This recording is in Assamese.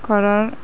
ঘৰৰ